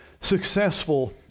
successful